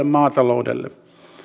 maataloudelle kohtalonkysymys